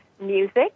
music